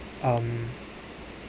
um